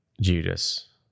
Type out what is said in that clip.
judas